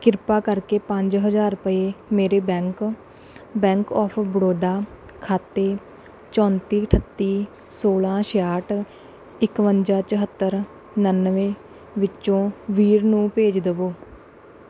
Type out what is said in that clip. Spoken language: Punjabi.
ਕਿਰਪਾ ਕਰਕੇ ਪੰਜ ਹਜ਼ਾਰ ਰੁਪਏ ਮੇਰੇ ਬੈਂਕ ਬੈਂਕ ਆਫ ਬੜੌਦਾ ਖਾਤੇ ਚੌਂਤੀ ਅਠੱਤੀ ਸੋਲ਼ਾਂ ਛੇਆਹਠ ਇਕਵੰਜਾ ਚੌਹੱਤਰ ਉਣਾਨਵੇਂ ਵਿੱਚੋਂ ਵੀਰ ਨੂੰ ਭੇਜ ਦਵੋਂ